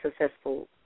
successful